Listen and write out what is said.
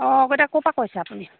অঁ ক'ৰ পৰা কৈছে আপুনি